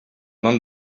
nom